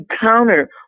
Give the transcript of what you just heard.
counter